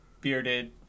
bearded